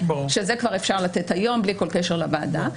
שאת זה כבר אפשר לתת היום בלי כל קשר לוועדה.